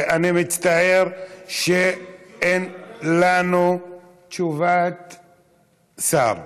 אני מצטער שאין לנו תשובת שר.